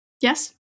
Yes